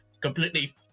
completely